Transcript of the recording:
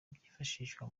byifashishwa